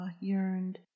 yearned